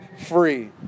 free